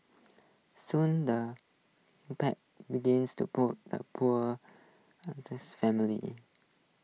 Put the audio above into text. soon the pack begans to poor A poor family